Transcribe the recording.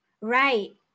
Right